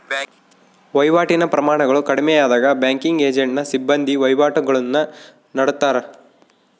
ವಹಿವಾಟಿನ ಪ್ರಮಾಣಗಳು ಕಡಿಮೆಯಾದಾಗ ಬ್ಯಾಂಕಿಂಗ್ ಏಜೆಂಟ್ನ ಸಿಬ್ಬಂದಿ ವಹಿವಾಟುಗುಳ್ನ ನಡತ್ತಾರ